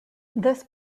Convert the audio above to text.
this